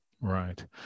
Right